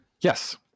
Yes